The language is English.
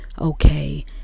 okay